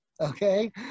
okay